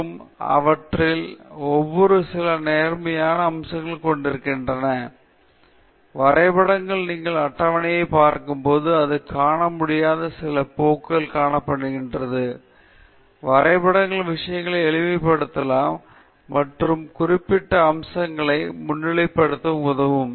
மற்றும் அவற்றில் ஒவ்வொன்றும் சில நேர்மறையான அம்சங்களைக் கொண்டிருக்கின்றன மேலும் குறுகிய குறுகிய காட்சிகள் இருக்கலாம் வரைபடங்கள் நீங்கள் அட்டவணைகள் பார்க்கும் போது காண முடியாத சில போக்குகளைக் காட்டுகின்றன புகைப்படங்கள் சில நிகழ்வு அல்லது ஒரு பொருளின் யதார்த்தத்தை உங்களுக்கு உணர்த்துகின்றன ஆனால் திசைதிருப்பக்கூடிய பல விவரங்களை அவர்கள் கொண்டிருக்கலாம் வரைபடங்கள் விஷயங்களை எளிமைப்படுத்தலாம் மற்றும் குறிப்பிட்ட அம்சங்களை முன்னிலைப்படுத்த உதவும்